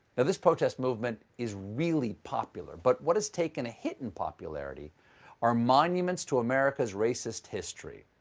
this protest movement is really popular. but what has taken a hit in popularity are monuments to america's racist history,